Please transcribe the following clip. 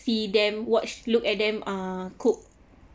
see them watch look at them uh cook